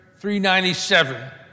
397